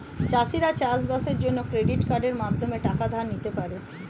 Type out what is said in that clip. চাষিরা চাষবাসের জন্য ক্রেডিট কার্ডের মাধ্যমে টাকা ধার নিতে পারে